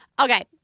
Okay